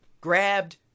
grabbed